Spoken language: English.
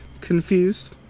confused